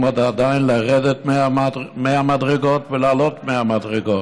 עדיין לרדת 100 מדרגות ולעלות 100 מדרגות.